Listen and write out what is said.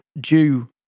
due